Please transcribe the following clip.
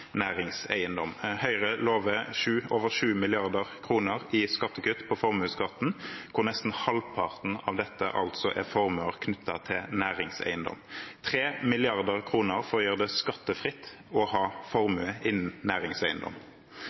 næringseiendom. Høyre lover over 7 mrd. kr i skattekutt på formuesskatten, hvor nesten halvparten av dette er formuer knyttet til næringseiendom – 3 mrd. kr for å gjøre det skattefritt å ha formue innen næringseiendom.